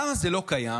למה זה לא קיים?